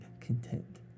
content